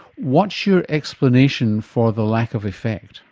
what's your explanation for the lack of effect?